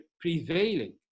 prevailing